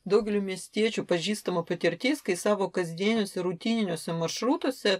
daugeliui miestiečių pažįstama patirtis kai savo kasdieniuose rutininiuose maršrutuose